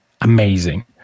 amazing